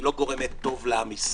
היא לא גורמת טוב לעם ישראל.